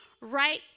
right